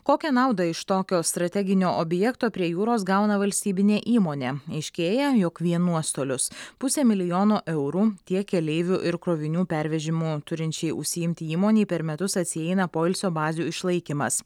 kokią naudą iš tokio strateginio objekto prie jūros gauna valstybinė įmonė aiškėja jog vien nuostolius pusė milijono eurų tiek keleivių ir krovinių pervežimu turinčiai užsiimti įmonei per metus atsieina poilsio bazių išlaikymas